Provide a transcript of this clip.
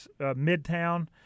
Midtown